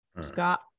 Scott